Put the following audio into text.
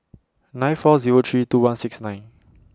nine four Zero three two one six nine